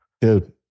dude